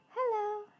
Hello